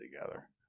together